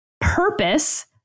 purpose